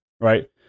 right